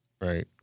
right